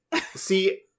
see